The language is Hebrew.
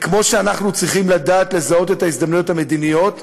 וכמו שאנחנו צריכים לדעת לזהות את ההזדמנויות המדיניות,